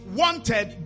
wanted